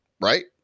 right